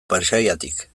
paisaiatik